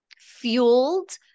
fueled